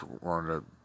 wanted